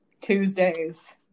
Tuesdays